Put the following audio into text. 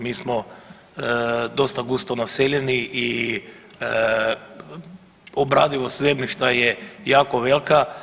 Mi smo dosta gusto naseljeni i obradivost zemljišta je jako velika.